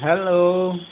hello